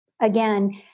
Again